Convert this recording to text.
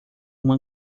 uma